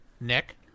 Nick